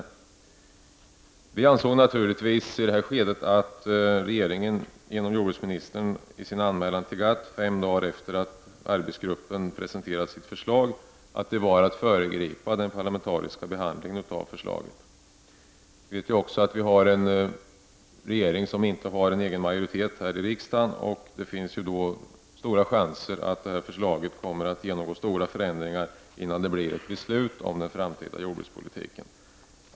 I detta skede ansåg vi naturligtvis att regeringen genom jordbruksministern med sin anmälan till GATT, fem dagar efter det att arbetsgruppen presenterade sitt förslag, föregrep den parlamentariska behandlingen av förslaget. Vi vet ju också att regeringen inte har en egen majoritet här i riksdagen. Det finns då stor chans att detta förslag kommer att genomgå stora förändringar innan det fattas ett beslut om den framtida jordbrukspolitiken.